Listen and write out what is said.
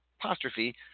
Apostrophe